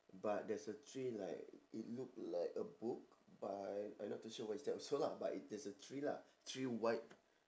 but there's a three like it look like a book but I not too sure what is that also lah but it there's a three lah three white